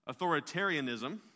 Authoritarianism